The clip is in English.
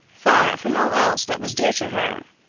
far from all else that was dear to her,